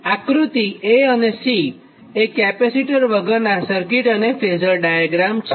આક્રૃતિ અને કેપેસિટર વગરનાં સર્કિટ તથા ફેઝર ડાયાગ્રામ છે